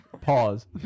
pause